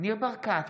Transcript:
ניר ברקת,